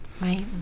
Right